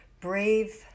brave